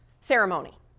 ceremony